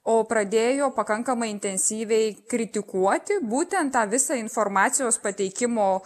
o pradėjo pakankamai intensyviai kritikuoti būtent tą visą informacijos pateikimo